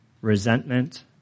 resentment